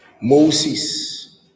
Moses